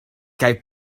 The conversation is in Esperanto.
kaj